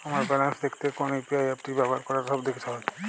আমার ব্যালান্স দেখতে কোন ইউ.পি.আই অ্যাপটি ব্যবহার করা সব থেকে সহজ?